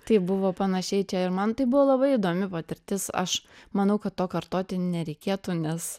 tai buvo panašiai čia ir man tai buvo labai įdomi patirtis aš manau kad to kartoti nereikėtų nes